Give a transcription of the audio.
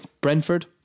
Brentford